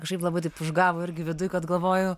kažkaip labai taip užgavo irgi viduj kad galvoju